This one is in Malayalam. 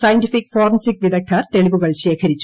സയന്റിഫിക് ഫോറൻസിക് വിദഗ്ധർ തെളിവുകൾ ശേഖരിച്ചു